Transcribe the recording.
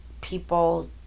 People